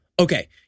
okay